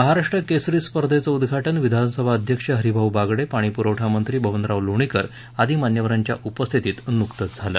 महाराष्ट्र केसरी स्पर्धेनं उद्घाटन विधानसभा अध्यक्ष हरिभाऊ बागडे पाणी प्रवठा मंत्री बबनरनाव लोणीकर आदी मान्यवरांच्या उपस्थितीत जालना इथं झालं